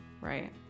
Right